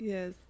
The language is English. Yes